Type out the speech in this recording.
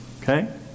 Okay